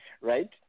right